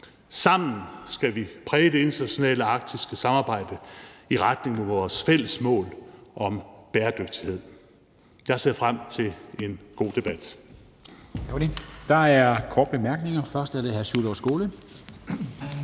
Sammen skal vi præge det internationale arktiske samarbejde i retning mod vores fælles mål om bæredygtighed. Jeg ser frem til en god debat. Kl. 18:30 Formanden (Henrik Dam Kristensen): Der er korte